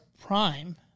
prime